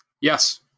Yes